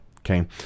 okay